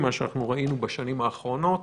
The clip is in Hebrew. ראינו בשנים האחרונות